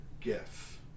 GIF